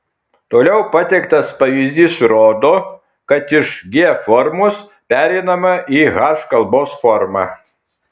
toliau pateiktas pavyzdys rodo kad iš g formos pereinama į h kalbos formą